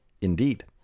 Indeed